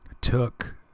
took